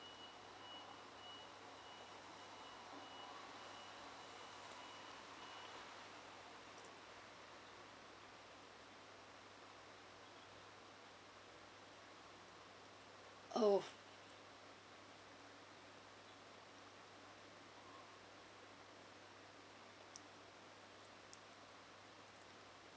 oh